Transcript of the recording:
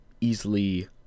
easily